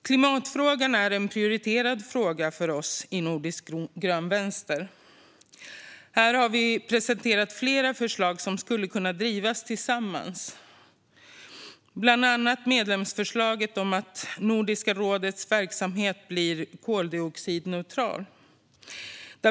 Klimatfrågan är en prioriterad fråga för oss i Nordisk grön vänster. Där har vi presenterat flera förslag som skulle kunna drivas tillsammans, bland annat medlemsförslaget om att Nordiska rådets verksamhet ska bli koldioxidneutral.